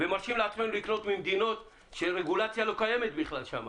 ומרשים לעצמנו לקנות ממדינות בן כלל לא קיימת רגולציה,